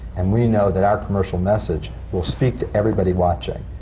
and we know that our commercial message will speak to everybody watching.